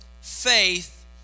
faith